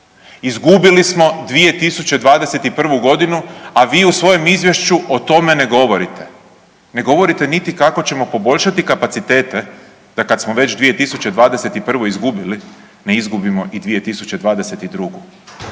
Izgubili smo 2021. godinu a vi u svojem izvješću o tome ne govorite. Ne govorite niti kako ćemo poboljšati kapacitet da kad smo već 2021. izgubili, ne izgubimo i 2022.